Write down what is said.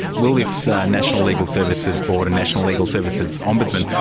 will this national legal services board and national legal services ombudsman,